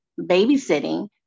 babysitting